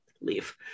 leave